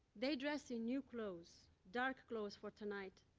they dress in new clothes dark clothes for tonight,